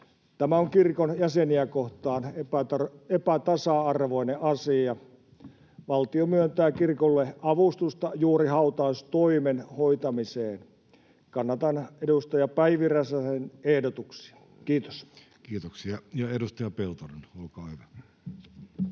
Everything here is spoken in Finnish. Tämä on kirkon jäseniä kohtaan epätasa-arvoinen asia. Valtio myöntää kirkolle avustusta juuri hautaustoimen hoitamiseen. Kannatan edustaja Päivi Räsäsen ehdotuksia. — Kiitos. Kiitoksia. — Ja edustaja Peltonen, olkaa hyvä.